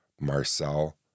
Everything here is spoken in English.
Marcel